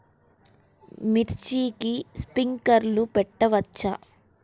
మిర్చికి స్ప్రింక్లర్లు పెట్టవచ్చా?